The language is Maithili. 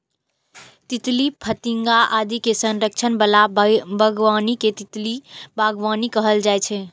तितली, फतिंगा आदि के संरक्षण बला बागबानी कें तितली बागबानी कहल जाइ छै